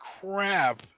crap